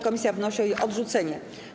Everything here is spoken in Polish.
Komisja wnosi o jej odrzucenie.